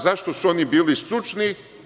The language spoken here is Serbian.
Za šta su oni bili stručni?